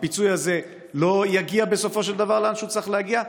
שהפיצוי הזה לא יגיע בסופו של דבר לאן שהוא צריך להגיע,